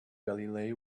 galilei